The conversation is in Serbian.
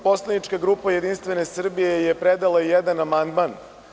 Poslanička grupa Jedinstvene Srbije je predala jedan amandman.